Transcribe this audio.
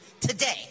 today